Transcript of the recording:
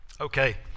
Okay